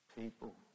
people